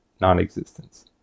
non-existence